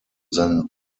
than